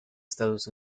estados